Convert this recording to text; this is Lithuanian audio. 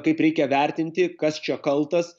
kaip reikia vertinti kas čia kaltas